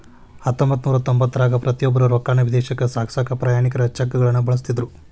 ಹತ್ತೊಂಬತ್ತನೂರ ತೊಂಬತ್ತರಾಗ ಪ್ರತಿಯೊಬ್ರು ರೊಕ್ಕಾನ ವಿದೇಶಕ್ಕ ಸಾಗ್ಸಕಾ ಪ್ರಯಾಣಿಕರ ಚೆಕ್ಗಳನ್ನ ಬಳಸ್ತಿದ್ರು